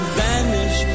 vanish